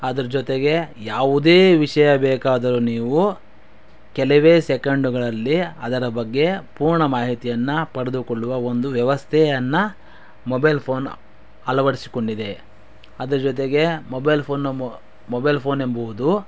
ಅದರ ಜೊತೆಗೆ ಯಾವುದೇ ವಿಷಯ ಬೇಕಾದರೂ ನೀವು ಕೆಲವೇ ಸೆಕೆಂಡುಗಳಲ್ಲಿ ಅದರ ಬಗ್ಗೆ ಪೂರ್ಣ ಮಾಹಿತಿಯನ್ನು ಪಡೆದುಕೊಳ್ಳುವ ಒಂದು ವ್ಯವಸ್ಥೆಯನ್ನು ಮೊಬೈಲ್ ಫೋನ್ ಅಳವಡಿಸಿಕೊಂಡಿದೆ ಅದರ ಜೊತೆಗೆ ಮೊಬೈಲ್ ಫೋನ ಮೊಬೈಲ್ ಫೋನೆಂಬುದು